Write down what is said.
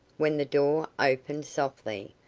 when the door opened softly,